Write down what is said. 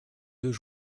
deux